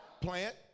plant